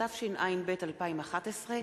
התשע"ב 2011,